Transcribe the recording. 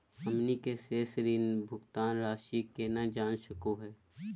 हमनी के शेष ऋण भुगतान रासी केना जान सकू हो?